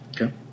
Okay